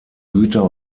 güter